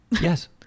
Yes